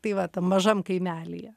tai va tam mažam kaimelyje